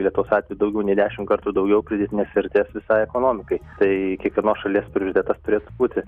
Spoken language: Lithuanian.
lietuvos atveju daugiau nei dešimt kartų daugiau pridėtinės vertės visai ekonomikai tai kiekvienos šalies prioritetas turėtų būti